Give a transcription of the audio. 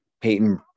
Peyton